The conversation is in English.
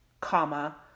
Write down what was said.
comma